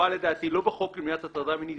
לדעתי יש חובה לא בחוק למניעת הטרדה מינית.